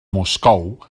moscou